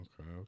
Okay